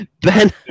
Ben